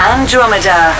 Andromeda